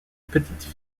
petite